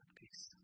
peace